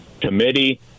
committee